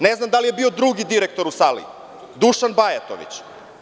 Ne znam da li je bio drugi direktor u sali – Dušan Bajatović?